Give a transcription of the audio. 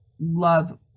love